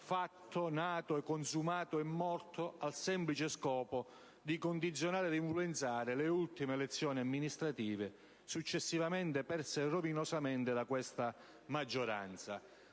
elettorale nato, consumato e morto al semplice scopo di condizionare e influenzare le ultime elezioni amministrative, successivamente perse rovinosamente da questa maggioranza.